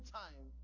time